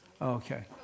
Okay